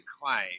claim